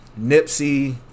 Nipsey